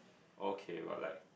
okay but like